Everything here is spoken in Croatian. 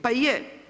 Pa je.